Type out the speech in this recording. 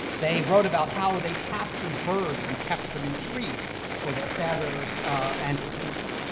they wrote about how they captured birds and kept them in trees for their feathers and to eat them.